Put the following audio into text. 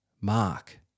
Mark